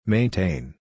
Maintain